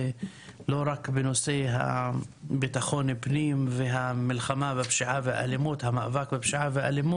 ולא רק בנושאי בטחון הפנים והמאבק בפשיעה ובאלימות,